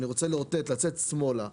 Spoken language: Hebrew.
אני רוצה לאותת ולצאת שמאלה,